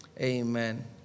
Amen